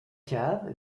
cave